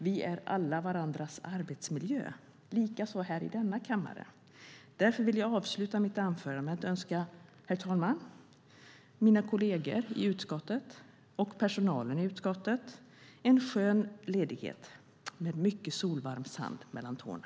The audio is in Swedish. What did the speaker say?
Vi är alla varandras arbetsmiljö, likaså här i denna kammare. Därför vill jag avsluta mitt anförande med att önska herr talmannen och mina kolleger i utskottet och personalen i utskottet en skön ledighet med mycket solvarm sand mellan tårna.